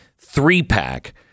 three-pack